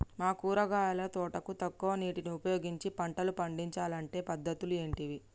మా కూరగాయల తోటకు తక్కువ నీటిని ఉపయోగించి పంటలు పండించాలే అంటే పద్ధతులు ఏంటివి?